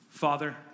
Father